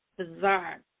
bizarre